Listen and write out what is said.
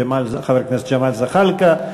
חבר הכנסת ג'מאל זחאלקה,